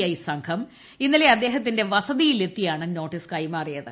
I സംഘം ഇന്നലെ അദ്ദേഹത്തിന്റെ വസതിയിൽ എത്തിയാണ് നോട്ടീസ് കൈമാറിയത്